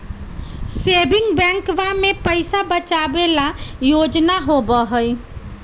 saving बैंकवा में पैसा बचावे ला योजना होबा हई